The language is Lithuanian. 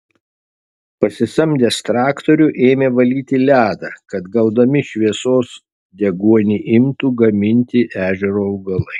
pasisamdęs traktorių ėmė valyti ledą kad gaudami šviesos deguonį imtų gaminti ežero augalai